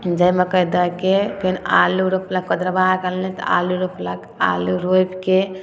जाहिमेके दैके फेन आलू रोपलक कोदरबाके तऽ आलू रोपलक आलू रोपिके